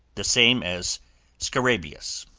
the same as scarabaeus.